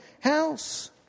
house